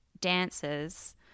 dancers